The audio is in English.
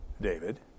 David